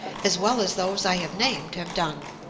as well as those i have named have done.